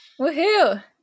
Woohoo